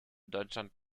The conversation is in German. deutschland